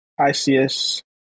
ics